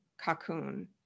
cocoon